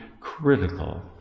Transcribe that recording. critical